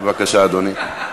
בבקשה, אדוני.